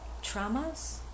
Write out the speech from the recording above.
traumas